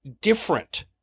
different